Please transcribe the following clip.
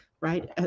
Right